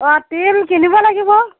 অ' তিল কিনিব লাগিব